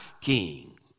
king